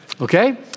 Okay